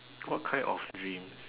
what kind of dreams